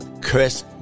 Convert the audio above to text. Chris